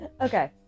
okay